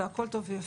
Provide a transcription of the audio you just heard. והכול טוב ויפה.